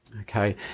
Okay